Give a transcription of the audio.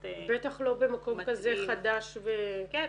מתאים -- בטח לא במקום כזה חדש ו- - כן,